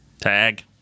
Tag